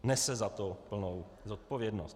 Nese za to plnou odpovědnost.